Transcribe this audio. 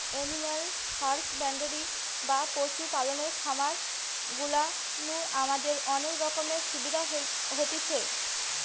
animal husbandry বা পশু পালনের খামার গুলা নু আমাদের অনেক রকমের সুবিধা হতিছে